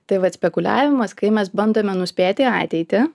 tai vat spekuliavimas kai mes bandome nuspėti ateitį